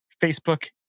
Facebook